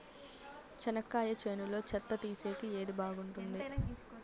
చెనక్కాయ చేనులో చెత్త తీసేకి ఏది బాగుంటుంది?